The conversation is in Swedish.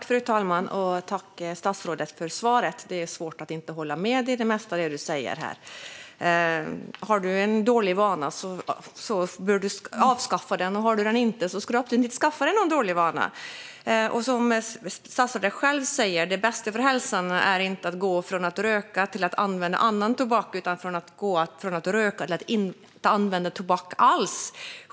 Fru talman! Tack, statsrådet, för svaret! Det är svårt att inte hålla med om det mesta som sägs i svaret. Har du en dålig vana bör du avskaffa den, och har du det inte ska du absolut inte skaffa dig en dålig vana. Som statsrådet själv säger är det bästa för hälsan inte att gå från att röka till att använda annan tobak utan att gå från att röka till att inte använda tobak alls.